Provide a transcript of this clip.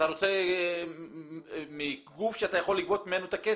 אתה רוצה מגוף שאתה יכול לגבות ממנו את הכסף.